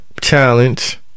challenge